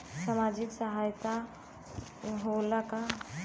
सामाजिक सहायता होला का?